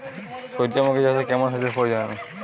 সূর্যমুখি চাষে কেমন সেচের প্রয়োজন?